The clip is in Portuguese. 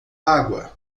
água